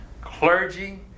clergy